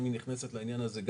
אם היא נכנסת לעניין הזה,